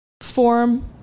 form